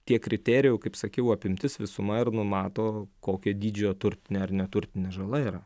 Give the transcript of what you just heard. tie kriterijai jau kaip sakiau apimtis visuma ir numato kokio dydžio turtinė ar neturtinė žala yra